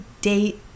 date